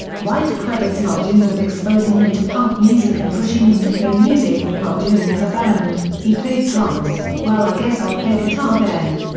white credits muldoon with exposing him to punk music and pushing him to play music with muldoon as a band he played drums, well i guess i'll play guitar then.